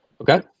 Okay